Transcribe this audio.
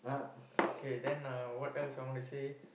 okay then uh what else I want to say